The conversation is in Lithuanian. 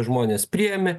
žmonės priėmė